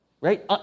Right